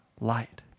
light